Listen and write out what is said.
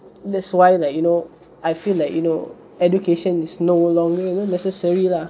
that's why like you know I feel like you know education is no longer necessary lah